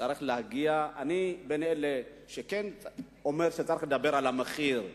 אני מאלה שכן אומרים שצריך לדבר על המחיר.